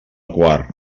quar